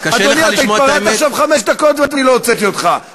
אני קורא אותך לסדר פעם שנייה.